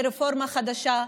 הזדמנות לרפורמה חדשה,